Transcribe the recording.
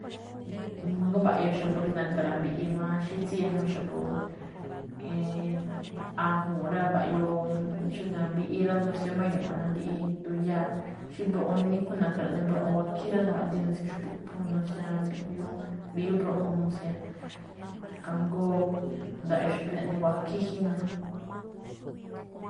Jngó mba̱ꞌoo xa̱bo̱ rí na̱ka̱ rambiꞌi máꞌ xí tsíñajma xa̱bo̱ ajo̱o̱nꞌ rá, mba̱ꞌyoo xí na̱mbiꞌi rá, nusian máꞌ ño̱ꞌo̱n, na̱mbiꞌi nduyáa̱. xí mbroꞌon níkhú na̱ka̱ raꞌne mbroꞌon makhíí rá. Nawaꞌdi̱í none̱ tsí xpu̱ꞌphún nusian, mbiꞌyuu, mbi̱yú mbroꞌon nusian, kajngó ndaꞌyoo xa̱bo̱ rí na̱ne wakhíí jína.